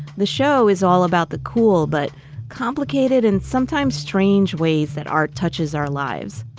the show is all about the cool but complicated and sometimes strange ways that art touches our lives.